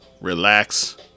relax